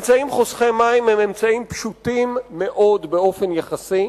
אמצעים חוסכי מים הם אמצעים פשוטים מאוד באופן יחסי,